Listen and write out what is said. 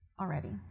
already